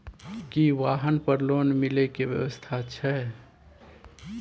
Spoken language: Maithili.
की वाहन पर लोन मिले के व्यवस्था छै?